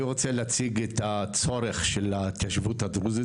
אני רוצה להציג את הצורך של ההתיישבות הדרוזית,